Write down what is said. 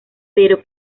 pero